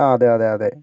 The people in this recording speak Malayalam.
ആ അതെ അതെ അതെ